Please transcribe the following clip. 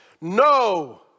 no